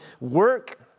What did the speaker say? work